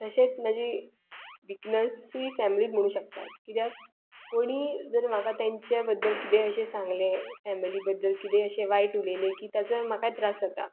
तशेंच म्हाजी विकनसूय फॅमिलीच म्हुणू शकतात किद्याक कोणीय जर म्हाका तांच्या बद्दल किदें अशें सांगलें फॅमिली बद्दल किदें अशें वायट उलयलें की ताजो म्हाकाय त्रास जाता